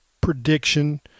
prediction